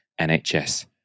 NHS